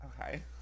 Okay